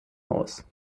haus